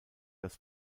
das